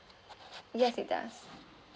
yes it does